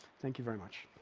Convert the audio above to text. thank you very much.